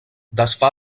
desfà